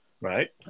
Right